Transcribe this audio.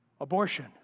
abortion